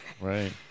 right